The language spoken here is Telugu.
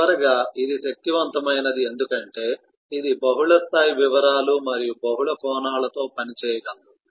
చివరగా ఇది శక్తివంతమైనది ఎందుకంటే ఇది బహుళ స్థాయి వివరాలు మరియు బహుళ కోణాలలో పనిచేయగలదు